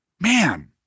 man